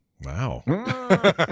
Wow